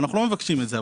אנחנו לא מבקשים את זה,